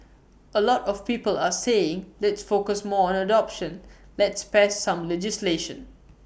A lot of people are saying let's focus more on adoption let's pass some legislation